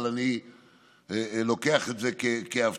אבל אני לוקח את זה כהבטחה,